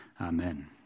amen